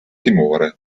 timore